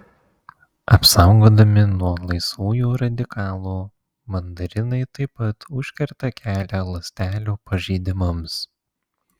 apsaugodami nuo laisvųjų radikalų mandarinai taip pat užkerta kelią ląstelių pažeidimams